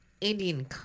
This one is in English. Indian